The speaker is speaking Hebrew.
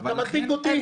אתה מדביק אותי.